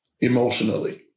emotionally